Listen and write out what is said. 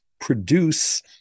produce